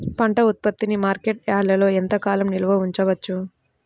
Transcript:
పంట ఉత్పత్తిని మార్కెట్ యార్డ్లలో ఎంతకాలం నిల్వ ఉంచవచ్చు?